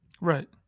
right